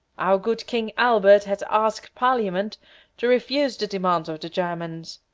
our good king albert has asked parliament to refuse the demands of the germans.